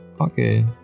okay